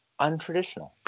untraditional